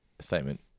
Statement